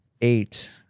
eight